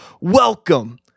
welcome